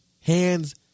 Hands